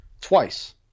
twice